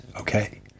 Okay